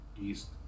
east